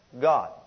God